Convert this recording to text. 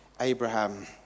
Abraham